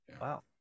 Wow